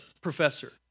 professor